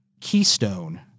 keystone